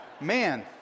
Man